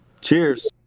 Cheers